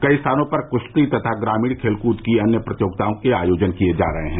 कई स्थानों पर कुश्ती तथा ग्रामीण खेलकूद की अन्य प्रतियोगिताओं के आयोजन किए जा रहे हैं